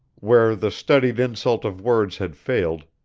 where the studied insult of words had failed,